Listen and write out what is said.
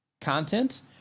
content